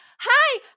hi